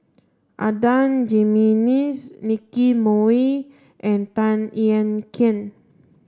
Adan Jimenez Nicky Moey and Tan Ean Kiam